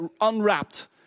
unwrapped